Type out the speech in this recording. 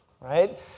right